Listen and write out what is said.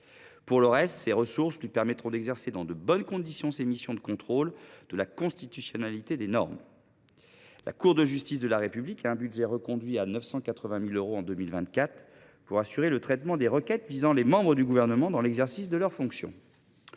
Pour le reste, ses ressources lui permettront d’exercer dans de bonnes conditions ses missions de contrôle de la constitutionnalité des normes. La Cour de justice de la République voit son budget reconduit à 980 000 euros en 2024 pour assurer le traitement des requêtes visant les membres du Gouvernement dans l’exercice de leurs fonctions.